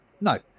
No